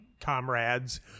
comrades